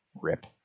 rip